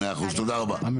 ווליד טאהא (רע"מ,